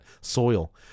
soil